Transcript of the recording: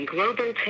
Global